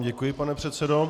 Děkuji vám, pane předsedo.